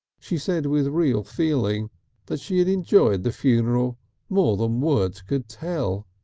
she said with real feeling that she had enjoyed the funeral more than words could tell.